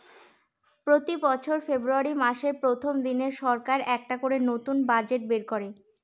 প্রতি বছর ফেব্রুয়ারী মাসের প্রথম দিনে সরকার একটা করে নতুন বাজেট বের করে